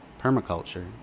permaculture